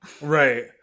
right